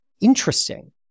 interesting